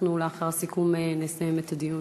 לאחר הסיכום נסיים את הדיון.